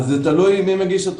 תלוי מי מגיש את התוכנית.